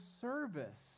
service